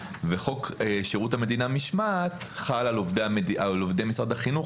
וחוק שירות המדינה (משמעת) חל על עובדי משרד החינוך,